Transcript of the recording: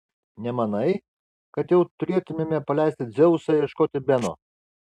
nemanai kad jau turėtumėme paleisti dzeusą ieškoti beno